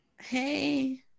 hey